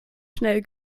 schnell